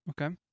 Okay